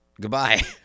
Goodbye